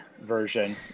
version